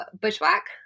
bushwhack